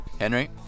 Henry